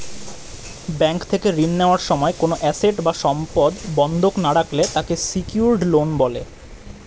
bank থেকে ঋণ নেওয়ার সময় কোনো অ্যাসেট বা সম্পদ বন্ধক না রাখলে তাকে সিকিউরড লোন বলে